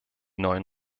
neuen